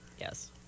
Yes